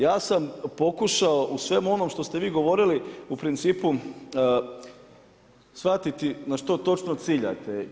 Ja sam pokušao u svemu onome što ste vi govorili u principu shvatiti na što točno ciljate.